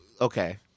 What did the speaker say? Okay